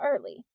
early